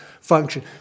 function